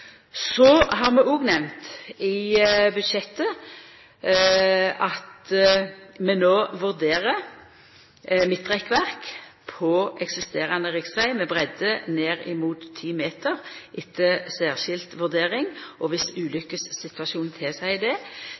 Så har vi òg nemnt i budsjettet at vi no vurderer midtrekkverk på eksisterande riksveg med breidd ned mot 10 meter etter særskild vurdering og om ulukkessituasjonen tilseier det.